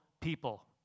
people